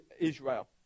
Israel